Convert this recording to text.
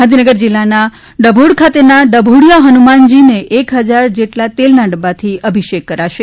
ગાંધીનગર જિલ્લાના ડભોડ ખાતેના કાભોડિયા હનુમાનજીને એક હજાર જેટલા તેલના ડબ્બાથી અભિષેક કરાશે